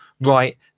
right